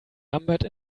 numbered